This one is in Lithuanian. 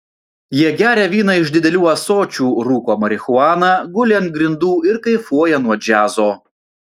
jie geria vyną iš didelių ąsočių rūko marihuaną guli ant grindų ir kaifuoja nuo džiazo